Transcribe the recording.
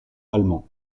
allemand